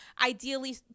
ideally